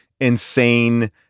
insane